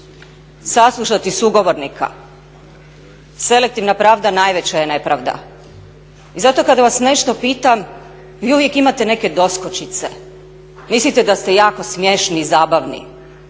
saslušati sugovornika. Selektivna pravda najveća je nepravda. I zato kada vas nešto pitam vi uvijek imate neke doskočice, mislite da ste jako smiješni i zabavni,